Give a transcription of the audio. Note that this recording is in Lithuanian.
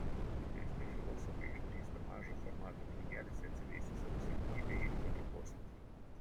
vyresni filosofai išdrįsta mažo formato knygelėse atskleisti savo silpnybę eiliuoti posmus